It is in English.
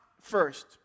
first